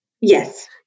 Yes